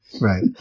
right